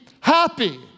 happy